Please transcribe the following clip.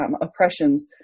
oppressions